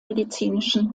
medizinischen